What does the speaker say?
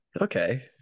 Okay